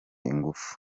ingufu